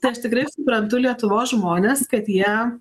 tai aš tikrai suprantu lietuvos žmones kad jie